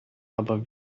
aber